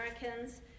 Americans